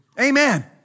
Amen